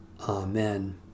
Amen